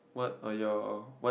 what are your what